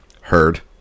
heard